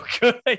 good